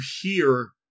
hear